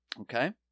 Okay